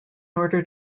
order